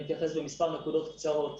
אני אתייחס במספר נקודות קצרות.